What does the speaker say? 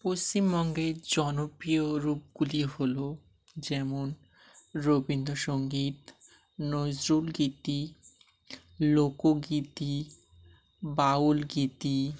পশ্চিমবঙ্গের জনপ্রিয় রূপগুলি হলো যেমন রবীন্দ্রসংঙ্গীত নজরুল গীতি লোকগীতি বাউল গীতি